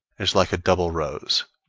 is like a double rose